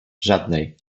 żadnej